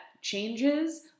changes